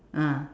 ah